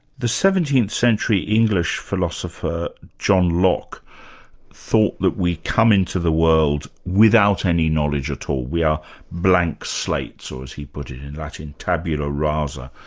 the seventeenth century english philosopher, john locke thought that we come into the world without any knowledge at all. we are blank slates, or as he put it in latin tabula rasa.